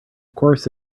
course